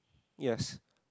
yes